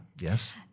yes